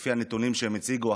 לפי הנתונים שהם הציגו,